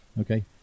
okay